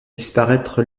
disparaître